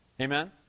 Amen